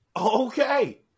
Okay